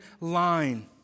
line